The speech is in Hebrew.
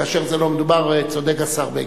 כאשר זה לא מדובר, צודק השר בגין.